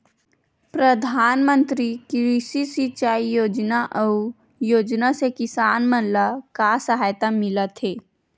प्रधान मंतरी कृषि सिंचाई योजना अउ योजना से किसान मन ला का सहायता मिलत हे?